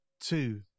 two